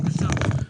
בבקשה.